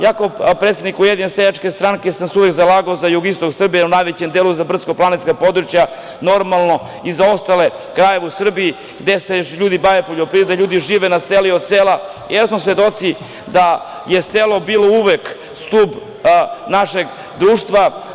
Ja kao predsednik USS sam se uvek zalagao za jugoistok Srbije, u najvećem delu za brdsko-planinska područja, normalno, i za ostale krajeve u Srbiji gde se ljudi bave poljoprivredom, gde ljudi žive na selu i od sela, jer smo svedoci da je selo bilo uvek stub našeg društva.